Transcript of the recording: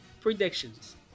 Predictions